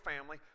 family